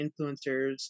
influencers